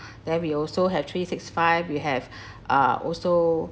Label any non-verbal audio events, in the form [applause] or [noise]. then we also have three six five we have [breath] uh also